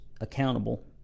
accountable